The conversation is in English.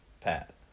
Pat